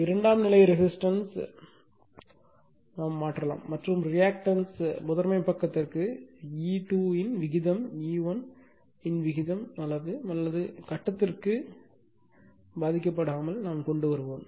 இரண்டாம் நிலை ரெசிஸ்டன்ஸ் மாற்றலாம் மற்றும் ரியாக்டன்ஸ் முதன்மை பக்கத்திற்கு E2 இன் விகிதம் E1 இன் விகிதம் அளவு அல்லது கட்டத்திற்கு பாதிக்க படாமல் கொண்டு வருவோம்